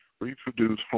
Reproduce